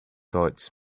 towards